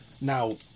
Now